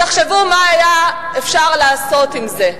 תחשבו מה אפשר היה לעשות עם זה.